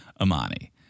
Amani